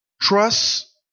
Trust